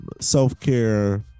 self-care